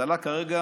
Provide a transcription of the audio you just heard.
האבטלה כרגע